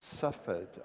suffered